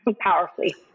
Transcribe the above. Powerfully